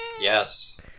Yes